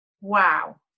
wow